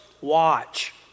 watch